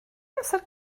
amser